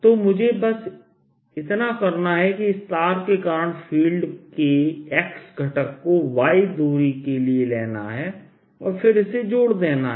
तो मुझे बस इतना करना है कि इस तार के कारण फील्ड के x घटक को x दूरी के लिए लेना है और फिर इसे जोड़ देना है